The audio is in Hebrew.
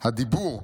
'הדיבור: